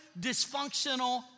dysfunctional